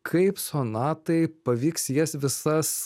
kaip sonatai pavyks jas visas